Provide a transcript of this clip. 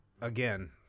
again